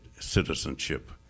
citizenship